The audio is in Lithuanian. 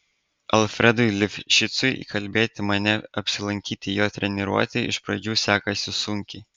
alfredui lifšicui įkalbėti mane apsilankyti jo treniruotėje iš pradžių sekasi sunkiai